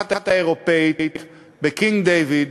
המשלחת האירופית ב"קינג דייוויד",